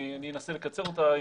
אני אנסה לקצר אותה,